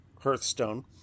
Hearthstone